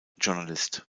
journalist